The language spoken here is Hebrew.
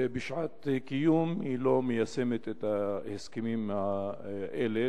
ובשעת קיום היא לא מיישמת את ההסכמים האלה.